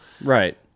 right